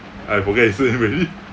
I forget his name already